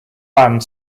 land